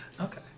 okay